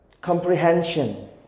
comprehension